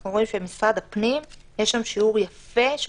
אנחנו רוצים שבמשרד הפנים יש שיעור יפה של